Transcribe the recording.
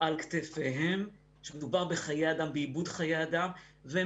על כתפיהם כשמדובר בחיי אדם, באיבוד חיי אדם.